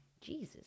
Jesus